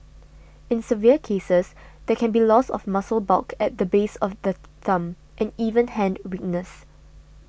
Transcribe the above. in severe cases there can be loss of muscle bulk at the base of the thumb and even hand weakness